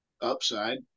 Upside